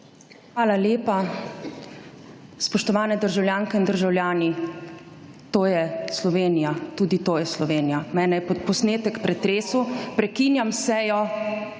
Hvala lepa. Spoštovani državljanke in državljani, to je Slovenija. Tudi to je Slovenija. Mene je posnetek pretresel. Prekinjam sejo